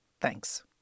Thanks